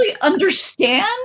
understand